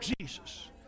Jesus